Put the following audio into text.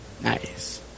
Nice